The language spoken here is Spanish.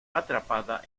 atrapada